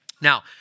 Now